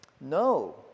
No